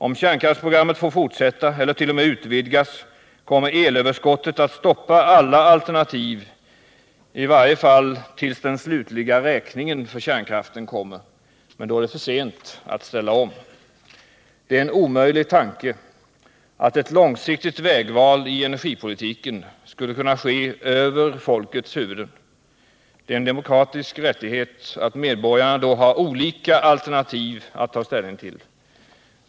Om kärnkraftsprogrammet får fortsätta eller t.o.m. utvidgas, kommer elöverskottet att stoppa alla alternativ, i varje fall tills den slutliga räkningen för kärnkraften kommer, men då är det för sent att ställa om. Det är en omöjlig tanke att ett långsiktigt vägval i energipolitiken skulle kunna ske över människornas huvuden. Det är en demokratisk rättighet att medborgarna då har olika alternativ att ta ställning till.